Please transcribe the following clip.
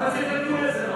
מה אתם מטיפים לנו מוסר?